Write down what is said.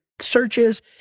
searches